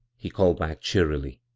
he called back cheer ily.